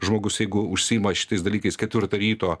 žmogus jeigu užsiima šitais dalykais ketvirtą ryto